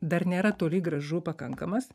dar nėra toli gražu pakankamas